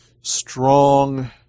strong